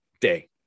day